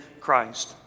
Christ